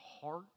heart